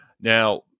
Now